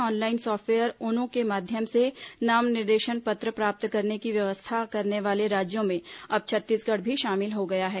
online software ओनो के माध्यम से नाम निर्देशन पत्र प्राप्त करने की व्यवस्था करने वाले राज्यों में अब छत्तीसगढ़ भी शामिल हो गया है